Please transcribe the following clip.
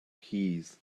keys